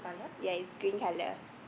ya is green colour